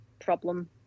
problem